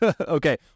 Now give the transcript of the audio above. Okay